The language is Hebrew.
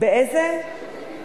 באיזה גיל